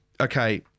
okay